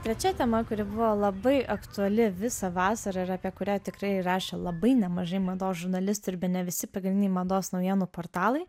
trečia tema kuri buvo labai aktuali visą vasarą ir apie kurią tikrai rašė labai nemažai mados žurnalistų ir bene visi pagrindiniai mados naujienų portalai